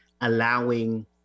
allowing